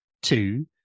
Two